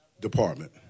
department